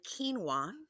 quinoa